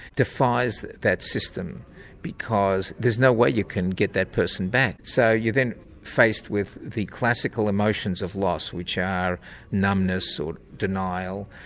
defies that system because there's no way you can get that person back. so you then are faced with the classical emotions of loss, which are numbness, or denial,